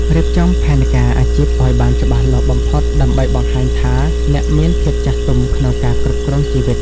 រៀបចំផែនការអាជីពឱ្យបានច្បាស់លាស់បំផុត ដើម្បីបង្ហាញថាអ្នកមានភាពចាស់ទុំក្នុងការគ្រប់គ្រងជីវិត។